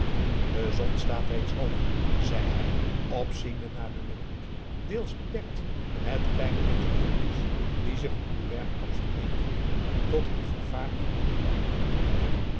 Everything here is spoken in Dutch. de zon staat reeds hoog zei hij opziende naar de lucht deels bedekt met kleine witte wolkjes die zich om den bergkam vereenigden tot een vervaarlijk groote